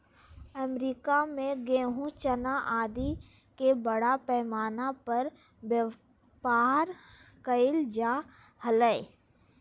America में गेहूँ, चना आदि के बड़ा पैमाना पर व्यापार कइल जा हलय